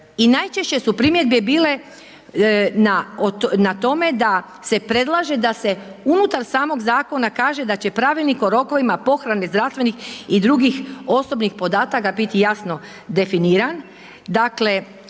i najčešće su primjedbe bile na tome da se predlaže da se unutar samog zakona kaže da će pravilnik o rokovima pohrane zdravstvenih i drugih osobnih podataka biti jasno definiran.